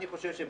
לדעתי,